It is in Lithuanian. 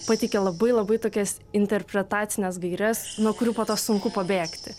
pateikė labai labai tokias interpretacines gaires nuo kurių po to sunku pabėgti